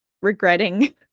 regretting